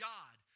God